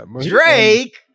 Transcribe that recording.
Drake